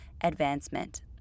advancement